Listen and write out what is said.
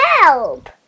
Help